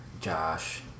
Josh